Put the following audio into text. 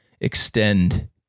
extend